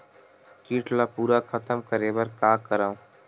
कीट ला पूरा खतम करे बर का करवं?